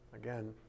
Again